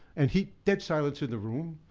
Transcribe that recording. and he, dead silence in the room,